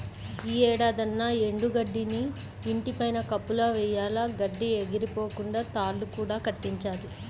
యీ ఏడాదన్నా ఎండు గడ్డిని ఇంటి పైన కప్పులా వెయ్యాల, గడ్డి ఎగిరిపోకుండా తాళ్ళు కూడా కట్టించాలి